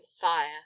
fire